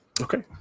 Okay